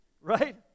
Right